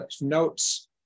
notes